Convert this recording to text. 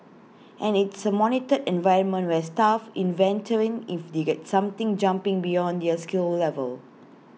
and it's A monitored environment where staff inventorying if they get something jumping beyond their skill level